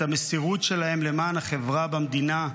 את המסירות שלהם למען החברה במדינה,